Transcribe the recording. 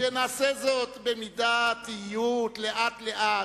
שנעשה זאת במידתיות, לאט-לאט.